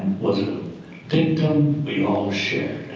was a dictum we all shared.